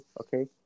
Okay